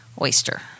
oyster